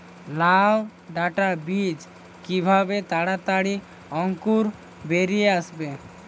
লাউ ডাটা বীজ কিভাবে তাড়াতাড়ি অঙ্কুর বেরিয়ে আসবে?